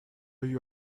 you